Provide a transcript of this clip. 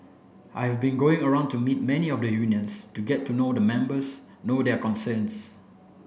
I have been going around to meet many of the unions to get to know the members know their concerns